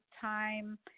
time